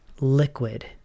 liquid